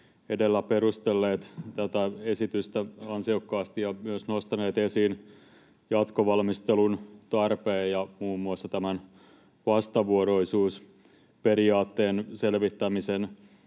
edellä perustelleet tätä esitystä ansiokkaasti ja myös nostaneet esiin jatkovalmistelun tarpeen ja muun muassa tämän vastavuoroisuusperiaatteen selvittämisen